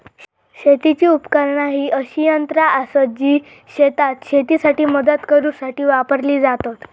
शेतीची उपकरणा ही अशी यंत्रा आसत जी शेतात शेतीसाठी मदत करूसाठी वापरली जातत